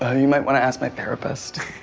ah you might wanna ask my therapist.